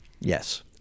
yes